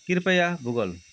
कृपया भूगोल